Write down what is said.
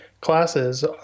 classes